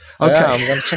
Okay